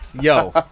yo